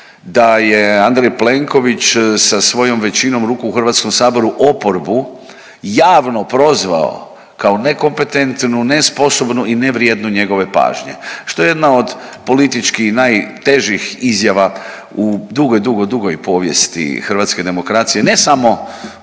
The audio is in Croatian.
da je Andrej Plenković sa svojom većinom ruku u Hrvatskom saboru oporbu javno prozvao kao nekompetentnu, nesposobnu i ne vrijednu njegove pažnje što je jedna od politički najtežih izjava u dugoj, dugoj povijesti hrvatske demokracije ne samo